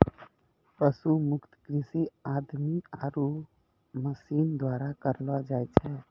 पशु मुक्त कृषि आदमी आरो मशीन द्वारा करलो जाय छै